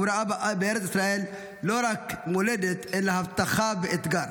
הוא ראה בארץ ישראל לא רק מולדת אלא הבטחה ואתגר,